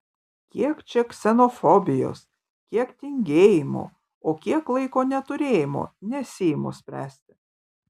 kiek čia ksenofobijos kiek tingėjimo o kiek laiko neturėjimo nesiimu spręsti